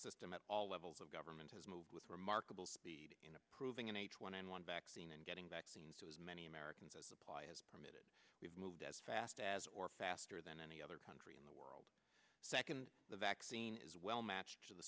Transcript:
system at all levels of government has moved with remarkable speed in approving an h one n one vaccine and getting vaccines to as many americans as apply as permitted we've moved as fast as or faster than any other country in the world second the vaccine is well matched t